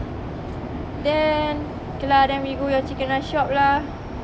then K lah then we go your chicken rice shop lah